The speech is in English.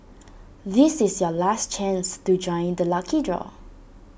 this is your last chance to join the lucky draw